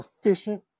efficient